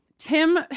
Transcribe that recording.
Tim